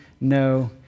no